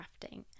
Crafting